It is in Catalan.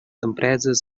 empreses